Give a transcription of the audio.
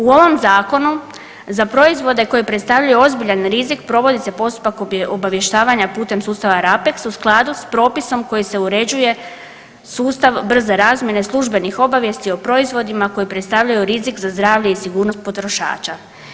U ovom Zakonu za proizvode koji predstavljaju ozbiljan rizik, provodi se postupak obavještavanja putem sustava RAPEX u skladu s propisom koji se uređuje sustav brze razmjene službenih obavijesti o proizvodima koji predstavljaju rizik za zdravlje i sigurnost potrošača.